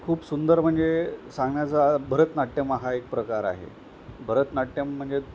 खूप सुंदर म्हणजे सांगण्याचा भरतनाट्यम हा एक प्रकार आहे भरतनाट्यम म्हणजे